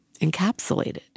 encapsulated